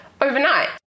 overnight